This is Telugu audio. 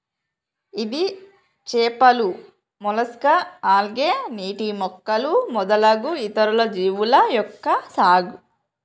ఇది చేపలు, మొలస్కా, ఆల్గే, నీటి మొక్కలు మొదలగు ఇతర జీవుల యొక్క సాగు